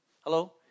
Hello